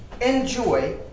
enjoy